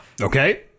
Okay